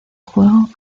juego